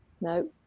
No